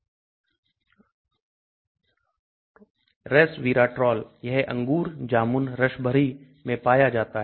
Resveratrol यह अंगूर जामुन रसभरी में पाया जाता है